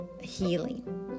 healing